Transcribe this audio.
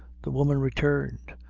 the woman returned,